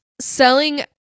selling